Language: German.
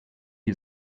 die